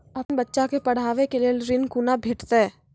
अपन बच्चा के पढाबै के लेल ऋण कुना भेंटते?